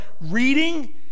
reading